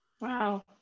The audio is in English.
Wow